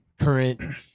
current